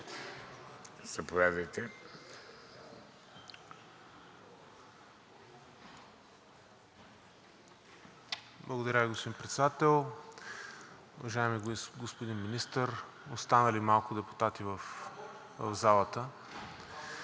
Благодаря Ви, господин Председател. Уважаеми господин Министър, останали малко депутати в залата!